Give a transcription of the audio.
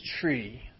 tree